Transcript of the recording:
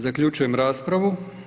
Zaključujem raspravu.